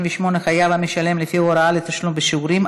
58) (חייב המשלם לפי הוראה לתשלום בשיעורים),